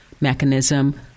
mechanism